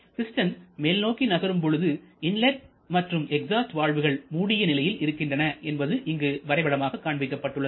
piston மேல் நோக்கி நகரும் பொழுது இன்லட் மற்றும் எக்ஸாஸ்ட் வால்வுகள் மூடிய நிலையில் இருக்கின்றன என்பது இங்கு வரைபடமாக காண்பிக்கப்பட்டுள்ளது